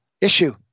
issue